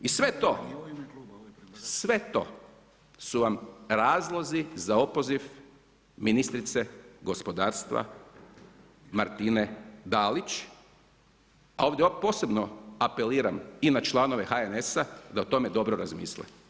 I sve to, sve to su vam razlozi za opoziv ministrice gospodarstva Martine Dalić, a ovdje posebno apeliram i na članove HNS-a da o tome dobro razmisle.